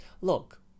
Look